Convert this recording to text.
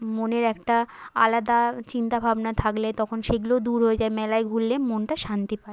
মনের একটা আলাদা চিন্তা ভাবনা থাকলে তখন সেগুলোও দূর হয়ে যায় মেলায় ঘুরলে মনটা শান্তি পায়